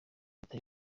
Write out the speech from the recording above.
leta